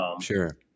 sure